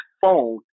phone